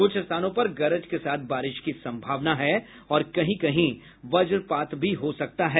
कुछ स्थानों पर गरज के साथ बारिश की सम्भावना है और कहीं कहीं वज्रपात भी हो सकता है